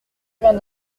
vingt